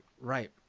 right